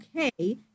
okay